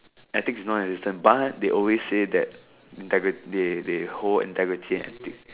ethics is not a but they always say that integrity they they hold integrity and ethics